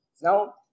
Now